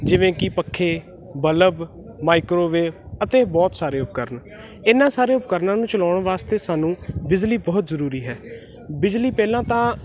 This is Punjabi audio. ਜਿਵੇਂ ਕਿ ਪੱਖੇ ਬਲਬ ਮਾਈਕ੍ਰੋਵੇਵ ਅਤੇ ਬਹੁਤ ਸਾਰੇ ਉਪਕਰਨ ਇਹਨਾਂ ਸਾਰੇ ਉਪਕਰਨਾਂ ਨੂੰ ਚਲਾਉਣ ਵਾਸਤੇ ਸਾਨੂੰ ਬਿਜ਼ਲੀ ਬਹੁਤ ਜ਼ਰੂਰੀ ਹੈ ਬਿਜਲੀ ਪਹਿਲਾਂ ਤਾਂ